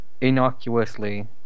innocuously